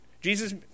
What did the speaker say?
Jesus